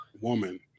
woman